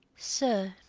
sir,